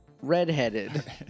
redheaded